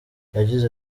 yagize